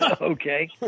okay